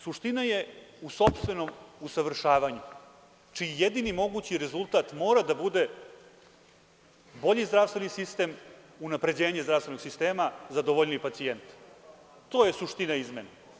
Suština je u sopstvenom usavršavanju čiji jedini mogući rezultat mora da bude bolji zdravstveni sistem, unapređenje zdravstvenog sistema, zadovoljniji pacijenti, to je suština izmene.